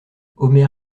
omer